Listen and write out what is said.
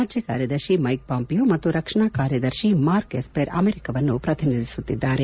ರಾಜ್ಯ ಕಾರ್ಯದರ್ಶಿ Mike Pompeo ಮತ್ತು ರಕ್ಷಣಾ ಕಾರ್ಯದರ್ಶಿ ಮಾರ್ಕ್ ಎಸ್ಟೆರ್ ಅಮೆರಿಕವನ್ನು ಪ್ರತಿನಿಧಿಸುತ್ತಿದ್ದಾರೆ